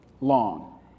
long